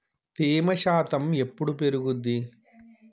తేమ శాతం ఎప్పుడు పెరుగుద్ది?